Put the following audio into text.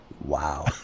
Wow